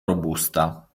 robusta